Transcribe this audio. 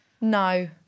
no